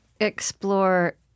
explore